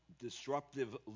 disruptive